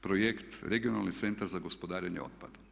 projekt Regionalni centar za gospodarenje otpadom.